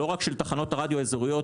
לא רק של תחנות הרדיו האזוריות,